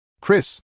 Chris